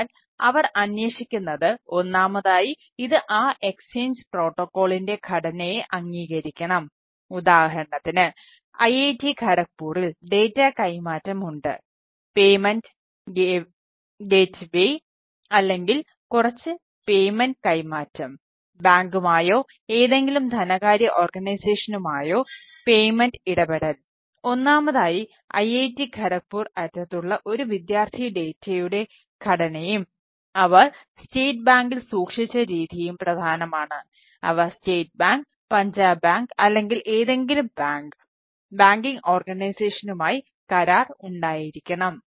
അതിനാൽ അവർ അന്വേഷിക്കുന്നത് ഒന്നാമതായി ഇത് ആ എക്സ്ചേഞ്ച് പ്രോട്ടോക്കോളിന്റെ കരാർ ഉണ്ടായിരിക്കണം